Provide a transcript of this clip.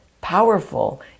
powerful